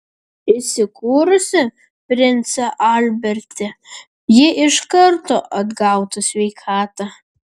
įsikūrusi prince alberte ji iš karto atgautų sveikatą